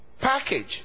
package